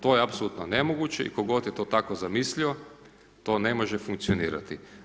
To je apsolutno nemoguće i tko je god to tako zamislio, to ne može funkcionirati.